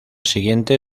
siguiente